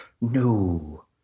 no